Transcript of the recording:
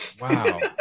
Wow